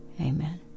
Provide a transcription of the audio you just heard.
Amen